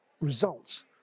results